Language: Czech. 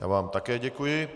Já vám také děkuji.